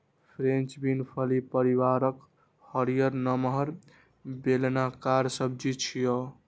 French bean फली परिवारक हरियर, नमहर, बेलनाकार सब्जी छियै